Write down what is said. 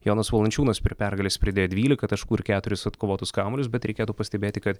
jonas valančiūnas prie pergalės pridėjo dvylika taškų ir keturis atkovotus kamuolius bet reikėtų pastebėti kad